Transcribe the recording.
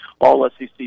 all-SEC